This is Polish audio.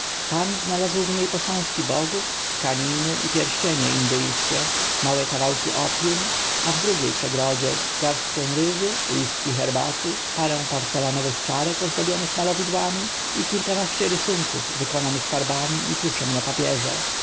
pan znalazł w niej posążki bogów tkaniny i pierścienie indyjskie małe kawałki opjum a w drugiej przegrodzie garstkę ryżu listki herbaty parę porcelanowych czarek ozdobionych malowidłami i kilkanaście rysunków wykonanych farbami i tuszem na papierze